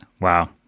Wow